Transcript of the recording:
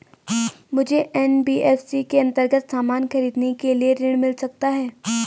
मुझे एन.बी.एफ.सी के अन्तर्गत सामान खरीदने के लिए ऋण मिल सकता है?